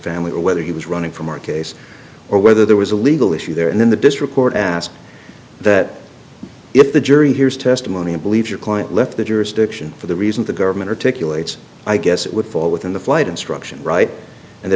family or whether he was running from our case or whether there was a legal issue there and then the district court asked that if the jury hears testimony and believe your client left the jurisdiction for the reasons the government articulate i guess it would fall within the flight instruction right and the